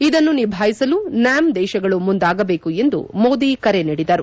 ಇದನ್ನು ನಿಭಾಯಿಸಲು ನ್ಯಾಮ್ ದೇಶಗಳು ಮುಂದಾಗಬೇಕು ಎಂದು ಮೋದಿ ಕರೆ ನೀಡಿದರು